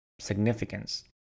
significance